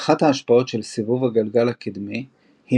אחת ההשפעות של סיבוב הגלגל הקדמי היא